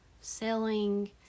selling